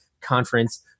conference